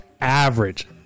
average